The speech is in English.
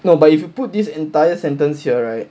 no but if you put this entire sentence here right